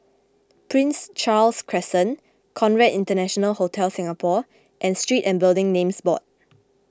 Prince Charles Crescent Conrad International Hotel Singapore and Street and Building Names Board